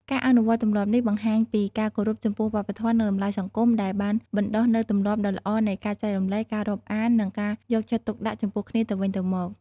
ការអនុវត្តទម្លាប់នេះ បង្ហាញពីការគោរពចំពោះវប្បធម៌ និងតម្លៃសង្គមដែលបានបណ្ដុះនូវទម្លាប់ដ៏ល្អនៃការចែករំលែក ការរាប់អាន និងការយកចិត្តទុកដាក់ចំពោះគ្នាទៅវិញទៅមក។